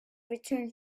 return